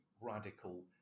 radical